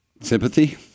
Sympathy